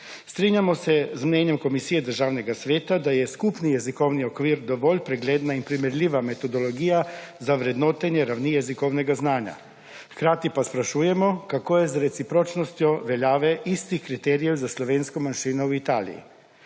Strinjamo se z mnenjem Komisije Državnega sveta, da je skupni jezikovni okvir dovolj pregledna in primerljiva metodologija za vrednotenje ravni jezikovnega znanja; hkrati pa sprašujemo, kako je z recipročnostjo veljave istih kriterijev za slovensko manjšino v Italiji.